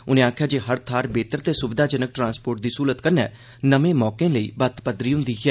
उनें आक्खेया जे हर थार बेहतर ते स्विधाजनक ट्रांस्पोर्ट दी स्विधा कन्नै नमें मौकें लेई बत्त पदरी होन्दी ऐ